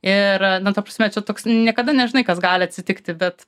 ir na ta prasme čia toks niekada nežinai kas gali atsitikti bet